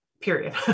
period